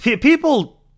people